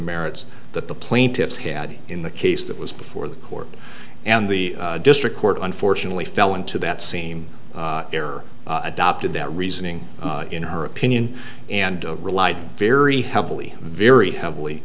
merits that the plaintiffs had in the case that was before the court and the district court unfortunately fell into that same error adopted that reasoning in her opinion and relied very heavily very heavily